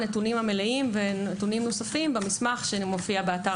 נתונים מלאים ונוספים במסמך שמופיע באתר